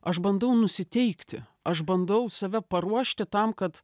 aš bandau nusiteikti aš bandau save paruošti tam kad